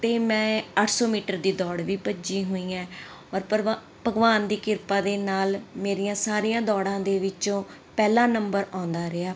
ਅਤੇ ਮੈਂ ਅੱਠ ਸੋ ਮੀਟਰ ਦੀ ਦੌੜ ਵੀ ਭੱਜੀ ਹੋਈ ਹੈ ਔਰ ਭਰਵਾ ਭਗਵਾਨ ਦੀ ਕਿਰਪਾ ਦੇ ਨਾਲ ਮੇਰੀਆਂ ਸਾਰੀਆਂ ਦੌੜਾਂ ਦੇ ਵਿੱਚੋਂ ਪਹਿਲਾਂ ਨੰਬਰ ਆਉਂਦਾ ਰਿਹਾ